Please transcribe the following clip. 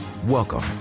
Welcome